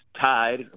tied